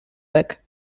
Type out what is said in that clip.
bek